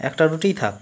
একটা রুটিই থাক